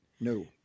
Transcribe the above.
No